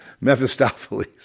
Mephistopheles